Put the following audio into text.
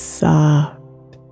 soft